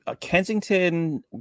Kensington